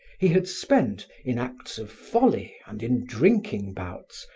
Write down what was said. he had spent, in acts of folly and in drinking bouts,